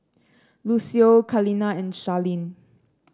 Lucio Kaleena and Charlene